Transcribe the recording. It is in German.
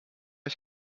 ich